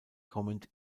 kommend